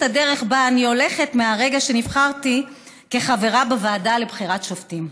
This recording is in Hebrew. הדרך שבה אני הולכת מהרגע שנבחרתי כחברה בוועדה לבחירת שופטים: